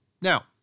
Now